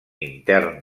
intern